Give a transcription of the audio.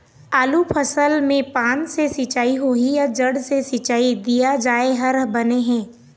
आलू फसल मे पान से सिचाई होही या जड़ से सिचाई दिया जाय हर बने हे?